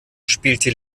spielte